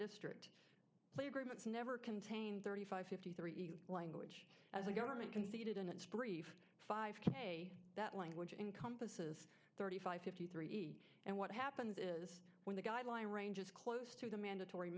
district playgroup it's never contained thirty five fifty three language as a government conceded in its brief five k that language encompasses thirty five fifty three and what happens is when the guideline range is close to the mandatory